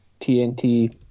TNT